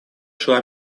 шла